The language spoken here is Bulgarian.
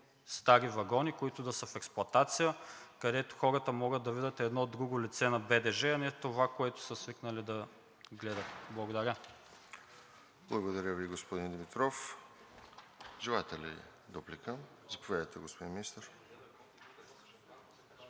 стари вагони, които да са в експлоатация, където хората могат да видят едно друго лице на БДЖ, а не това, което са свикнали да гледат. Благодаря. ПРЕДСЕДАТЕЛ РОСЕН ЖЕЛЯЗКОВ: Благодаря Ви, господин Димитров. Желаете ли дуплика? Заповядайте, господин Министър.